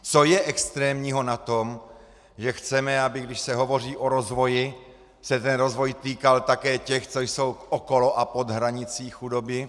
Co je extrémního na tom, že chceme, aby když se hovoří o rozvoji, se ten rozvoj týkal také těch, co jsou okolo a pod hranicí chudoby?